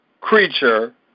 creature